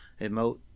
emote